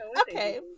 Okay